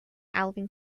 alvin